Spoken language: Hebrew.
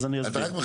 זה אותם מצוקים.